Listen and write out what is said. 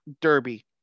Derby